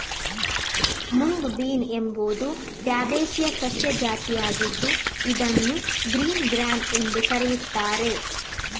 mung bean ಎಂಬುದು Fabaceae ಸಸ್ಯ ಜಾತಿಯಾಗಿದ್ದು ಇದನ್ನು ಗ್ರೀನ್ ಗ್ರ್ಯಾಮ್ ಎಂದೂ ಕರೆಯುತ್ತಾರೆ